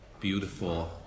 beautiful